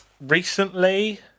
Recently